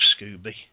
Scooby